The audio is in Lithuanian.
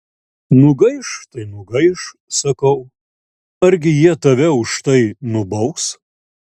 nugaiš tai nugaiš sakau argi jie tave už tai nubaus